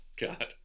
god